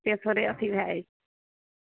से थोड़े अथि भए जाइ छै